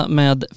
med